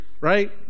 right